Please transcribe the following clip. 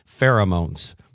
pheromones